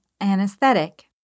anesthetic